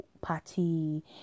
party